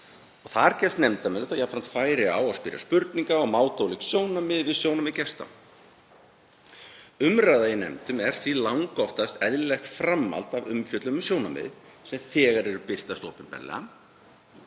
Þar gefst nefndarmönnum jafnframt færi á að spyrja spurninga og máta ólík sjónarmið við sjónarmið gesta. Umræða í nefndum er því langoftast eðlilegt framhald á umfjöllun um sjónarmið sem þegar eru birt opinberlega.